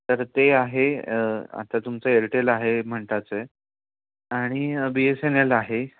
तर ते आहे आता तुमचं एअरटेल आहे म्हणताच आहे आणि बी एस एन एल आहे